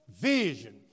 vision